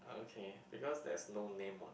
okay because there's no name on it